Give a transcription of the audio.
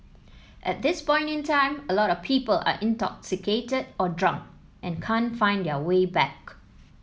at this point in time a lot of people are intoxicated or drunk and can't find their way back